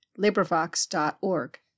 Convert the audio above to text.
LibriVox.org